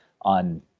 on